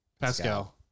Pascal